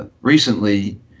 recently